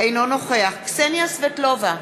אינו נוכח קסניה סבטלובה,